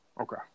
Okay